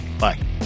Bye